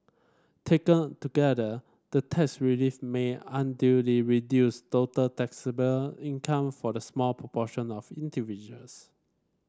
taken together the tax relief may unduly reduce total taxable income for the small proportion of individuals